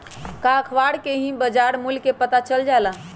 का अखबार से भी बजार मूल्य के पता चल जाला?